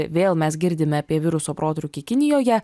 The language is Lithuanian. vėl mes girdime apie viruso protrūkį kinijoje